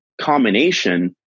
combination